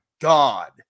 God